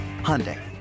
Hyundai